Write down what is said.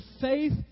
faith